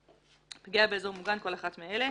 הפקודה״; ״״פגיעה באזור מוגן״ - כל אחת מאלה: